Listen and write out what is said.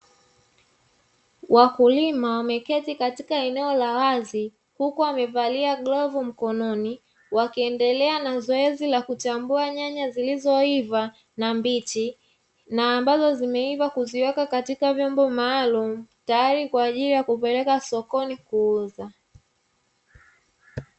Wakulima wameketi katika eneo la wazi, huku wamevalia glavu mkononi, wakiendelea na zoezi la kuchambua nyanya zilizoiva na mbichi, na ambazo zimeiva kuziweka katika vyombo maalumu, tayari kwa ajili ya kupeleka sokoni kuuza.